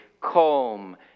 calm